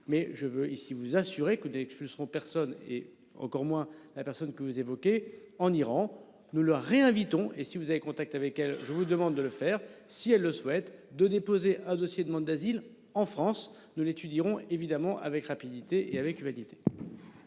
Mais je veux ici vous assurer que des seront personne et encore moins la personne que vous évoquez en Iran. Nous le réinvite ont et si vous avez contact avec elle. Je vous demande de le faire si elles le souhaitent, de déposer un dossier demande d'asile en France, nous l'étudierons évidemment avec rapidité et avec humanité.